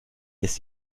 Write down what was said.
ist